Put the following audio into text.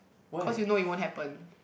cause you know it won't happen